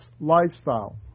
lifestyle